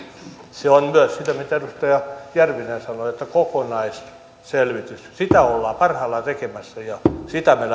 se on myös sitä mitä edustaja järvinen sanoi että tarvitaan kokonaisselvitys sitä ollaan parhaillaan tekemässä ja sitä me